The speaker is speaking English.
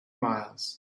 miles